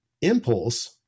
impulse